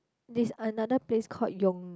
this another place called